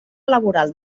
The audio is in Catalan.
laboral